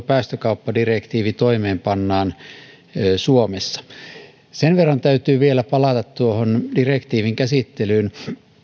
päästökauppadirektiivi toimeenpannaan suomessa sen verran täytyy vielä palata direktiivin käsittelyyn